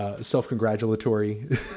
self-congratulatory